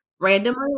randomly